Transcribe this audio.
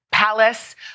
Palace